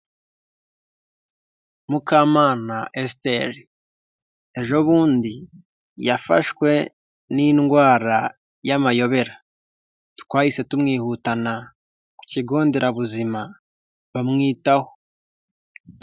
Mukamana esther ejobundi yafashwe n'indwara y'amayobera, twahise tumwihutana ku kigo nderabuzima bamwitaho.